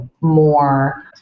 more